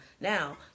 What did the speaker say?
Now